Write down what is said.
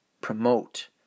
promote